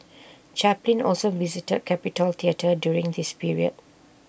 Chaplin also visited capitol theatre during this period